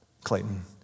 Clayton